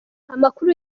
amakuru